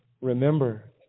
Remember